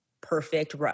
perfect